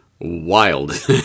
wild